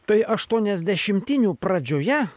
tai aštuoniasdešimtinių pradžioje